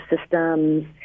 systems